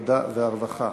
העבודה והרווחה.